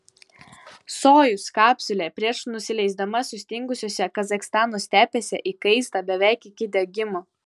sojuz kapsulė prieš nusileisdama sustingusiose kazachstano stepėse įkaista beveik iki degimo